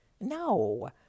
No